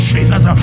Jesus